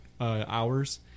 hours